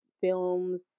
films